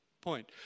point